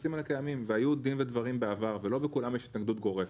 היחסים האלה קיימים והיו דין ודברים בעבר ולא בכולם יש התנגדות גורפת.